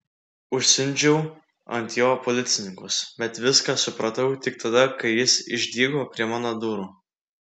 užsiundžiau ant jo policininkus bet viską supratau tik tada kai jis išdygo prie mano durų